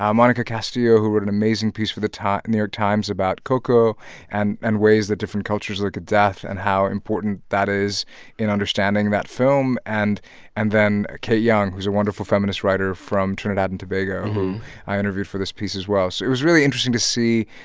um monica castillo, who wrote an amazing piece for the new york times about coco and and ways that different cultures look at death and how important that is in understanding that film, and and then kate young, who's a wonderful feminist writer from trinidad and tobago, who i interviewed for this piece as well. so it was really interesting to see,